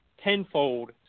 tenfold